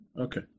Okay